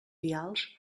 vials